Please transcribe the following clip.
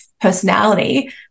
personality